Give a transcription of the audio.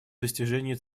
достижении